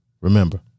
Remember